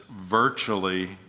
virtually